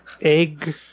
Egg